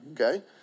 Okay